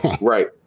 Right